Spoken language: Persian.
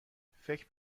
فکر